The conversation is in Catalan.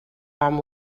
amb